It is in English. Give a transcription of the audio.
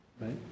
Right